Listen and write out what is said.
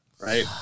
right